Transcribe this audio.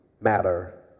matter